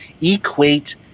Equate